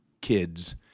kids